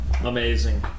Amazing